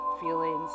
feelings